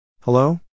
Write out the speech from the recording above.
Hello